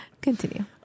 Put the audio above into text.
Continue